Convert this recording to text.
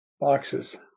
boxes